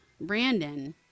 Brandon